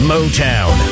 Motown